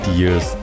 years